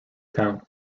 town